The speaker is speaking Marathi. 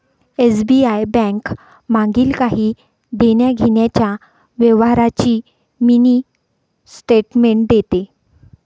एस.बी.आय बैंक मागील काही देण्याघेण्याच्या व्यवहारांची मिनी स्टेटमेंट देते